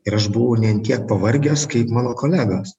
ir aš buvau ne ant tiek pavargęs kaip mano kolegos